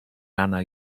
rana